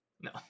No